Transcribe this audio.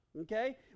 okay